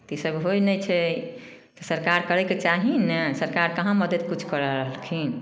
तऽ इसब होइ नहि छै तऽ सरकार करैके चाही ने सरकार कहाँ मदद किछु करि रहलखिन